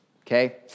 okay